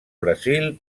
brasil